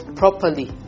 properly